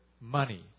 money